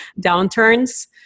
downturns